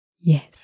yes